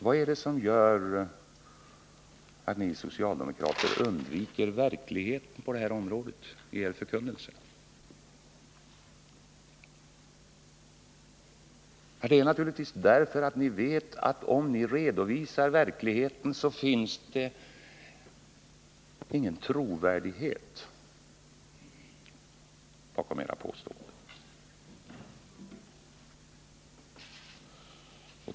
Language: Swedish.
Vad är det som gör att ni socialdemokrater i er förkunnelse undviker verkligheten på det här området? Det är naturligtvis det förhållandet att om ni redovisar verkligheten, visar det sig att det inte finns någon trovärdighet bakom era påståenden.